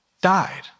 died